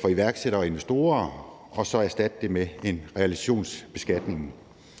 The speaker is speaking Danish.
for iværksættere og investorer og erstatte det med en realisationsbeskatning.